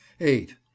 eight